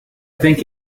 think